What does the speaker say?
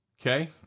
Okay